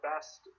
best